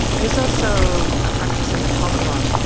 there is also ah factors in the common law.